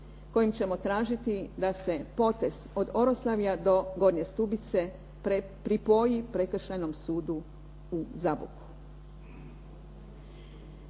kojim ćemo tražiti da se potez od Oroslavlja do Gornje Stubice pripoji Prekršajnom sudu u Zaboku.